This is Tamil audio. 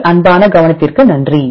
உங்கள் அன்பான கவனத்திற்கு நன்றி